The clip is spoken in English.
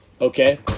Okay